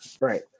Right